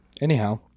anyhow